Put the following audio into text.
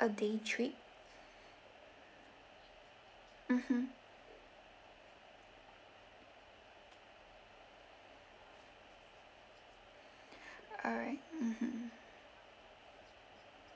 a day trip mmhmm alright mmhmm